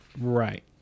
Right